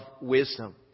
wisdom